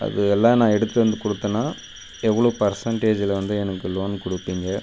அது எல்லாம் நான் எடுத்துவிட்டு வந்து குடுத்தேன்னா எவ்வளோ பர்சண்டேஜில் வந்து எனக்கு லோன் கொடுப்பீங்க